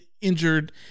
injured